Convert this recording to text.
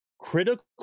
Critical